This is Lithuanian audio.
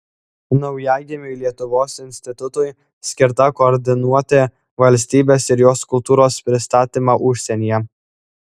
naujagimiui lietuvos institutui skirta koordinuoti valstybės ir jos kultūros pristatymą užsienyje